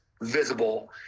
visible